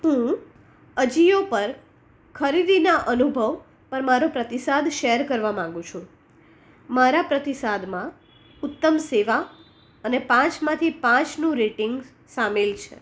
હું અજિયો પર ખરીદીના અનુભવ પર મારો પ્રતિસાદ શેર કરવા માંગુ છું મારા પ્રતિસાદમાં ઉત્તમ સેવા અને પાંચમાંથી પાંચનું રેટિંગ સામેલ છે